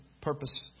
purpose